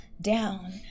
down